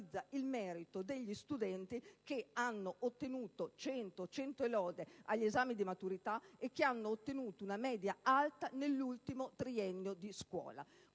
il merito degli studenti che hanno ottenuto 100 o 100 e lode agli esami di maturità e una media alta nell'ultimo triennio di scuola.